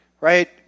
right